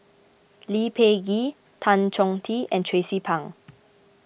Lee Peh Gee Tan Chong Tee and Tracie Pang